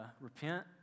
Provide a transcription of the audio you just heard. repent